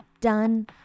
Done